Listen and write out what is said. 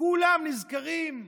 כולם נזכרים,